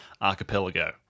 Archipelago